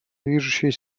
движущей